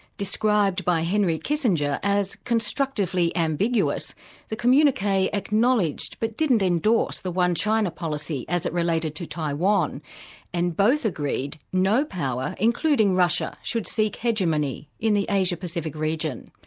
described by henry kissinger as constructively ambiguous the communique acknowledged, but didn't endorse the one china policy as it related to taiwan and both agreed no power, including russia, should seek hegemony in the asia-pacific region.